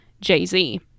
Jay-Z